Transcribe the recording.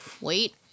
wait